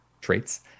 traits